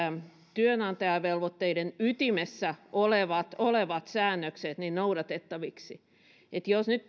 työnantajavelvoitteiden ytimessä olevat olevat säännökset noudatettaviksi jos nyt